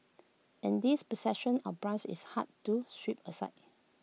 and this perception of bias is hard to sweep aside